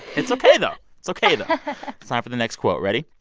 it's ok, though. it's ok, though. it's time for the next quote ready?